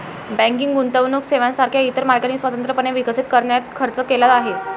banking गुंतवणूक सेवांसारख्या इतर मार्गांनी स्वतंत्रपणे विकसित करण्यात खर्च केला आहे